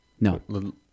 No